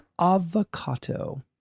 avocado